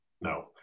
No